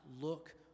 look